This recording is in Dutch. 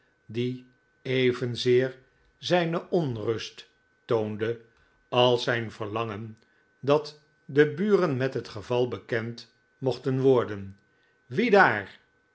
die evenzeer zijne onrust toonde als zijh verlangen dat de buren met het geval bekend mochten worden wie daar